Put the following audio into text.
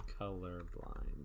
colorblind